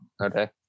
Okay